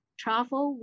travel